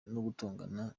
gutongana